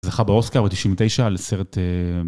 זכה באוסקר ב-99 על סרט...